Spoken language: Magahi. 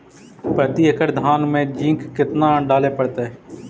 प्रती एकड़ धान मे जिंक कतना डाले पड़ताई?